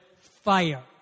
fire